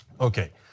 Okay